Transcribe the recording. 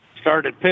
started